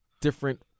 different